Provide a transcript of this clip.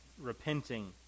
repenting